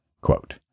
quote